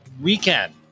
weekend